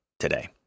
Today